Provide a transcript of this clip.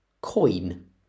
coin